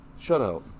shutout